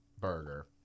burger